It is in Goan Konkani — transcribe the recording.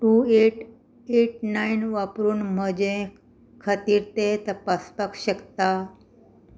टू एट एट नायन वापरून म्हजे खातीर ते तपासपाक शकता